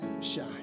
shine